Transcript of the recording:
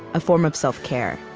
a form of self-care.